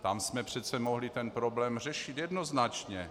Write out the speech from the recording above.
Tam jsme přece mohli ten problém řešit jednoznačně.